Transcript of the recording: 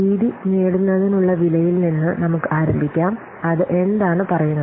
രീതി നേടുന്നതിനുള്ള വിലയിൽ നിന്ന് നമുക്ക് ആരംഭിക്കാം അത് എന്താണ് പറയുന്നത്